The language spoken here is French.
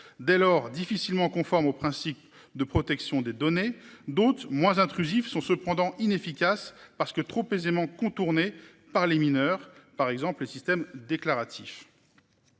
dès lors difficilement conforme aux principes de protection des données, d'autres moins intrusif sont cependant inefficace parce que trop aisément contournées par les mineurs par exemple le système déclaratif.